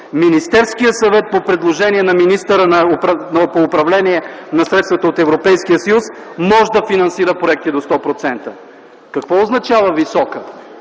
Министерският съвет по предложение на министъра по управление на средствата от Европейския съюз може да финансира проекти до 100%.” Какво означава висока?